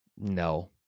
No